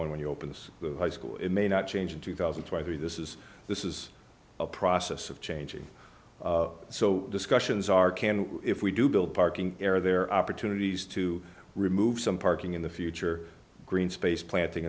one when you open this high school it may not change in two thousand to either this is this is a process of changing so discussions are can we if we do build parking area there are opportunities to remove some parking in the future green space planting